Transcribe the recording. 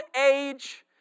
age